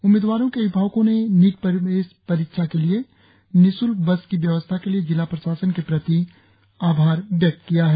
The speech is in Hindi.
उम्मीदवारों के अभिभावकोने नीट प्रवेश परीक्षा के लिए निशल्क बस की व्यवस्था के लिए जिला प्रशासन के प्रति आभार व्यक्त किया है